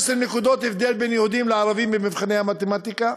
נקודות הבדל בין יהודים לערבים במבחני המתמטיקה.